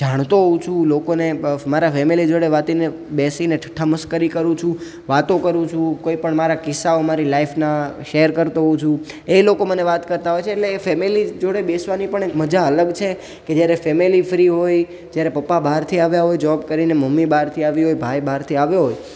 જાણતો હોઉં છું લોકોને મારા ફેમિલી જોડે વાતને બેસીને ઠઠ્ઠામસ્કરી કરું છું વાતો કરું છું કોઈ પણ મારા કિસ્સાઓ મારી લાઇફના શેર કરતો હોઉં છું એ લોકો મને વાત કરતા હોય છે એટલે ફેમિલી જોડે બેસવાની પણ એક મજા અલગ છે કે જ્યારે ફેમિલી ફ્રી હોય જ્યારે પપ્પા બહારથી આવ્યા હોય જોબ કરીને મમ્મી બહારથી આવી હોય ભાઈ બહારથી આવ્યો હોય